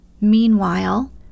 Meanwhile